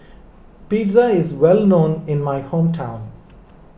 Pizza is well known in my hometown